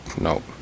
nope